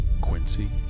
Quincy